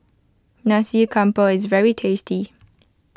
Nasi Campur is very tasty